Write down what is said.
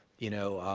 you know,